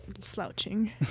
slouching